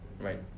Right